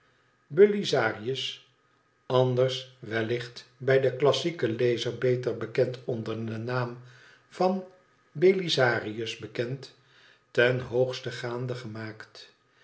zaarjes anders wellicht bij den klassieken lezer beter onder den naam van belisarius bekend ten hoogste gaande gemaakt